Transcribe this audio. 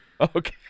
Okay